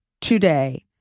today